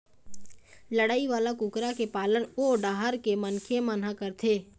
लड़ई वाला कुकरा के पालन ओ डाहर के मनखे मन ह करथे